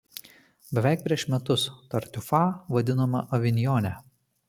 beveik prieš metus tartiufą vaidinote avinjone